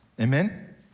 Amen